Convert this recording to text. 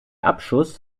abschuss